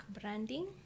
Branding